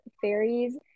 fairies